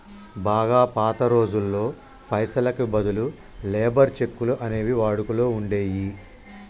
బాగా పాత రోజుల్లో పైసలకి బదులు లేబర్ చెక్కులు అనేవి వాడుకలో ఉండేయ్యి